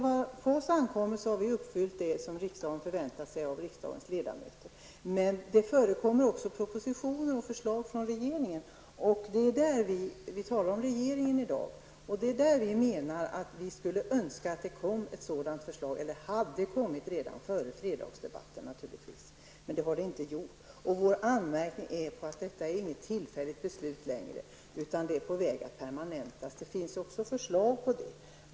Vad oss ankommer har vi uppfyllt det som förväntas av riksdagens ledamöter. Det förekommer också propositioner och förslag från regeringen. Vi talar om regeringen i dag. Det är därför vi i miljöpartiet menar att det skulle ha kommit ett förslag -- naturligtvis före debatten i fredags. Men det gjorde det inte. Vår anmärkning gäller att detta inte är något tillfälligt beslut, utan det är på väg att permanentas. Det finns också förslag på det.